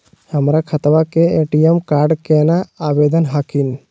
हमर खतवा के ए.टी.एम कार्ड केना आवेदन हखिन?